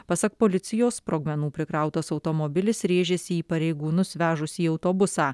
pasak policijos sprogmenų prikrautas automobilis rėžėsi į pareigūnus vežusį autobusą